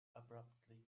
abruptly